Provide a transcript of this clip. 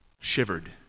shivered